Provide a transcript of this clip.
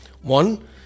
One